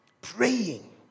praying